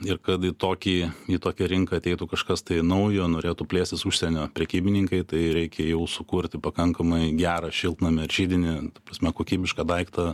ir kad į tokį į tokią rinką ateitų kažkas tai naujo norėtų plėstis užsienio prekybininkai tai reikia jau sukurti pakankamai gerą šiltnamį ir židinį ta prasme kokybišką daiktą